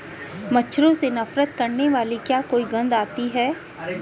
मच्छरों से नफरत करने वाली क्या कोई गंध आती है?